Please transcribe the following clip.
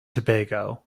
tobago